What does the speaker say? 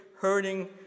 hurting